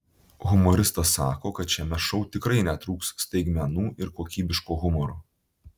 humoristas sako kad šiame šou tikrai netrūks staigmenų ir kokybiško humoro